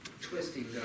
twisting